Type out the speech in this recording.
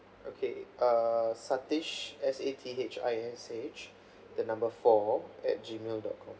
okay uh sathish S A T H I S H the number four at G mail dot com